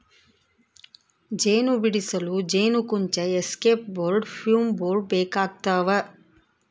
ಜೇನು ಬಿಡಿಸಲು ಜೇನುಕುಂಚ ಎಸ್ಕೇಪ್ ಬೋರ್ಡ್ ಫ್ಯೂಮ್ ಬೋರ್ಡ್ ಬೇಕಾಗ್ತವ